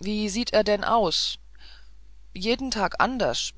wie sieht er denn aus jeden tag anderscht